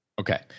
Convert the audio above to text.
Okay